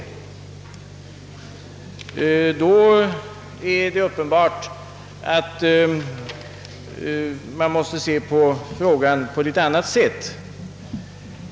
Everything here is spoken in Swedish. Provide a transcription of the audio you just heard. I så fall är det uppenbart att man måste se på frågan på annat sätt.